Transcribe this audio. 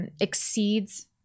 exceeds